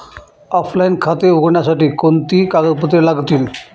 Offline खाते उघडण्यासाठी कोणती कागदपत्रे लागतील?